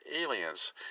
aliens